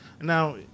now